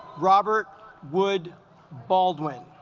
robert wood baldwin